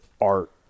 art